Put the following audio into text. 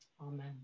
Amen